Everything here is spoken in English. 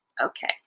Okay